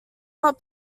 not